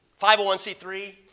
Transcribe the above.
501c3